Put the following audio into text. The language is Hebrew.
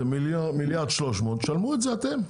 זה 1.3 מיליארד, תשלמו את זה אתם.